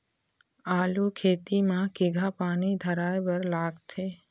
आलू खेती म केघा पानी धराए बर लागथे?